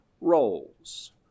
roles